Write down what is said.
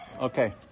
Okay